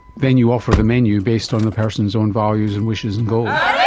then you offer the menu based on the person's own values and wishes and goals.